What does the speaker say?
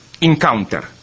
encounter